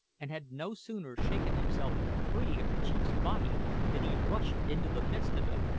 and had no sooner shaken himself free of the chief's body than he rushed into the midst of them,